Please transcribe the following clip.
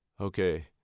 Okay